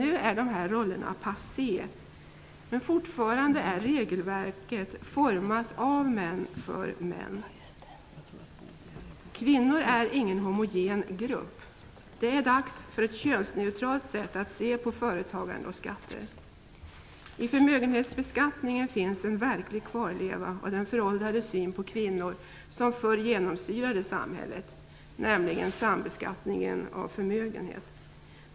Nu är dessa roller passé, men fortfarande är regelverket format av män - för män. Kvinnor utgör inte någon homogen grupp. Det är dags för ett könsneutralt sätt att se på företagande och skatter. I förmögenhetsbeskattningen finns en verklig kvarleva av den föråldrade syn på kvinnor som förr genomsyrade samhället, nämligen sambeskattningen av förmögenhet.